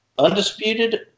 Undisputed